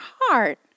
heart